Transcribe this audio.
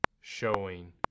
showing